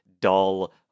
dull